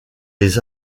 les